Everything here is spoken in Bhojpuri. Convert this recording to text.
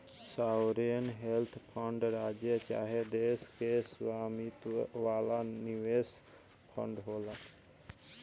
सॉवरेन वेल्थ फंड राज्य चाहे देश के स्वामित्व वाला निवेश फंड होला